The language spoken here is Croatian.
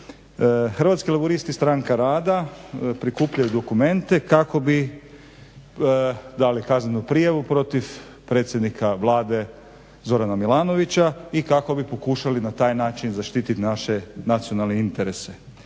Hrvatski laburisti – Stranka rada prikupljaju dokumente kako bi dali kaznenu prijavu protiv predsjednika Vlade Zorana Milanovića, i kako bi pokušali na taj način zaštititi naše nacionalne interese.